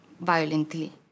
violently